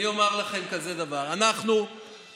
אני אומר לכם כזה דבר: אנחנו במאמץ